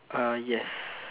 uh yes